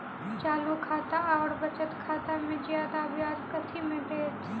चालू खाता आओर बचत खातामे जियादा ब्याज कथी मे दैत?